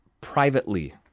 privately